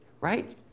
Right